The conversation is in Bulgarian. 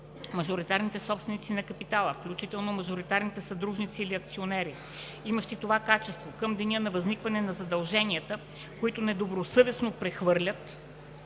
Мажоритарните собственици на капитала, включително мажоритарните съдружници или акционери, имащи това качество към деня на възникване на задълженията, които недобросъвестно прехвърлят